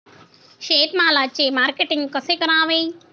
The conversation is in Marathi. शेतमालाचे मार्केटिंग कसे करावे?